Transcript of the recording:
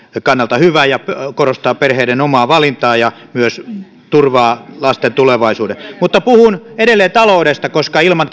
kannalta hyvä ja korostaa perheiden omaa valintaa ja myös turvaa lasten tulevaisuuden mutta puhun edelleen taloudesta koska ilman